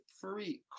free